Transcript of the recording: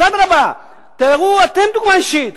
אדרבה, תהוו אתם דוגמה אישית.